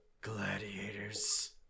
gladiators